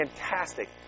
fantastic